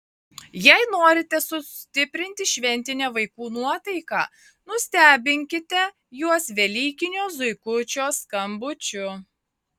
jei norite sustiprinti šventinę vaikų nuotaiką nustebinkite juos velykinio zuikučio skambučiu